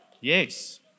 Yes